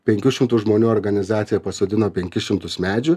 penkių šimtų žmonių organizacija pasodino penkis šimtus medžių